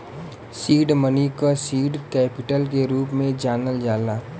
seed money क seed capital के रूप में जानल जाला